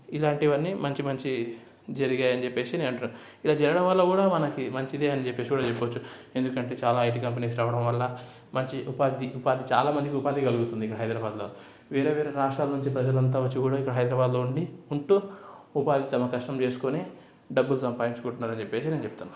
ఇలాంటివన్నీ మంచి మంచివి జరిగాయని చెప్పేసి నేను అంటున్నాను ఇలా జరగడం వల్ల కూడా మనకి మంచిదే అని చెప్పేసి కూడా చెప్పవచ్చు ఎందుకంటే చాలా ఐటీ కంపనీస్ రావడం వల్ల మంచి ఉపాధి ఉపాధి చాలా మందికి ఉపాధి కలుగుతుంది ఇక్కడ హైదరాబాద్లో వేరే వేరే రాష్ట్రాల నుంచి ప్రజలంతా వచ్చి కూడా ఇక్కడ హైదరాబాద్లో ఉండి ఉంటూ ఉపాధి తమ కష్టం చేసుకొని డబ్బులు సంపాదించుకుంటున్నారు అని చెప్పేసి నేను చెప్తాను